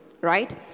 Right